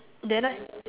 then I